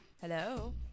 Hello